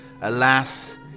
alas